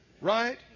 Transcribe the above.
right